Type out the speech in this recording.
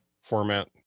format